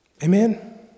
Amen